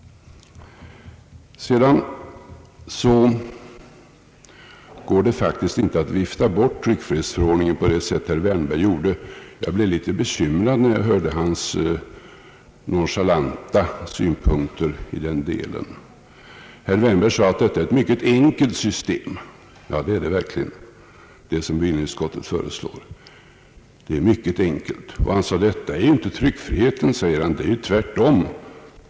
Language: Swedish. Sedan går det faktiskt inte att vifta bort tryckfrihetsförordningen på det sätt som herr Wärnberg gjorde. Jag blev lite bekymrad när jag hörde hans nonchalanta synpunkter i den delen. Herr Wärnberg sade, att det är ett mycket enkelt system som bevillningsutskottet föreslår. Ja, det är verkligen mycket enkelt. Han sade att detta inte gäller tryckfriheten — det är tvärtom.